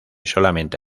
solamente